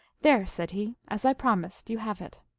there, said he, as i promised, you have it.